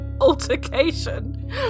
altercation